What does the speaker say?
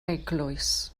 eglwys